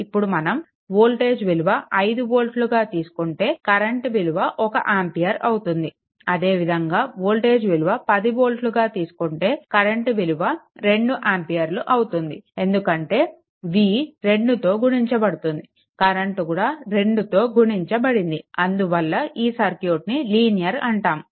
ఇప్పుడు మనం వోల్టేజ్ విలువ 5 వోల్ట్లుగా తీసుకుంటే కరెంట్ విలువ 1 ఆంపియర్ అవుతుంది అదే విధంగా వోల్టేజ్ విలువ 10 వోల్ట్లుగా తీసుకుంటే కరెంట్ విలువ 2 ఆంపియర్లు అవుతుంది ఎందుకంటే v 2తో గుణించబడింది కరెంట్ కూడా 2తో గుణించబడింది అందువల్ల ఈ సర్క్యూట్ని లీనియర్ అంటాము